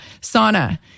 Sauna